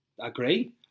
Agree